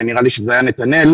נראה לי שזה היה נתנאל,